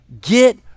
Get